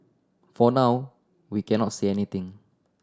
for now we cannot say anything